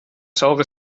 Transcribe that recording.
saure